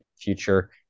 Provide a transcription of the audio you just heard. future